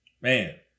Man